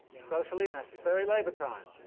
socially necessary labour-time.